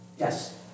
Yes